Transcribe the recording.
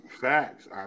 Facts